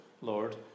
Lord